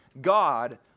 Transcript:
God